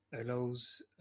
allows